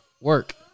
work